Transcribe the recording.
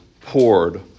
poured